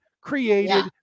created